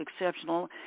exceptional